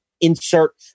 insert